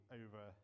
over